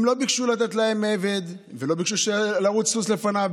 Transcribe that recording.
הם לא ביקשו לתת להם עבד ולא ביקשו שירוץ סוס לפניהם,